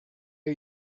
are